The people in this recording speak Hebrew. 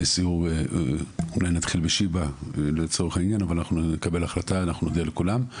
אולי נתחיל בשיבא, אבל נקבל החלטה ונודיע לכולם.